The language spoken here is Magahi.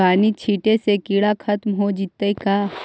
बानि छिटे से किड़ा खत्म हो जितै का?